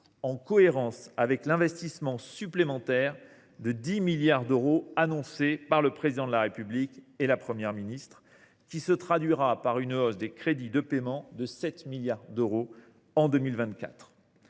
en cohérence avec l’investissement supplémentaire de 10 milliards d’euros annoncé par le Président de la République et la Première ministre, qui se traduira par une hausse des crédits de paiement de 7 milliards d’euros en 2024.